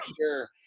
sure